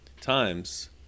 times